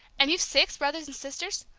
and you've six brothers and sisters?